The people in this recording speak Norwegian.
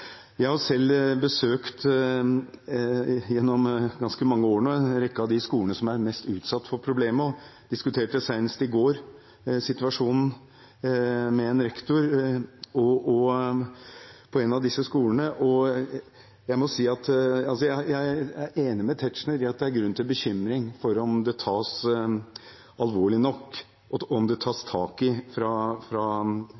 Jeg har selv gjennom ganske mange år nå besøkt en rekke av de skolene som er mest utsatt for problemet, og jeg diskuterte senest i går situasjonen med en rektor på en av disse skolene. Jeg må si at jeg er enig med Tetzschner i at det er grunn til bekymring over om det tas alvorlig nok, om det tas